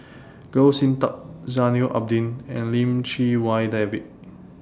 Goh Sin Tub Zainal Abidin and Lim Chee Wai David